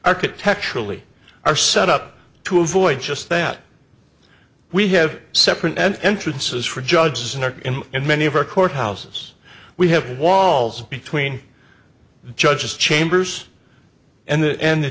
architecturally are set up to avoid just that we have separate entrances for judges and in many of our court houses we have walls between the judge's chambers and the